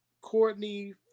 Courtney